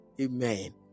Amen